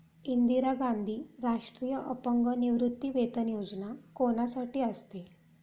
इंदिरा गांधी राष्ट्रीय अपंग निवृत्तीवेतन योजना कोणासाठी असते?